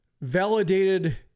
validated